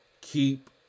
keep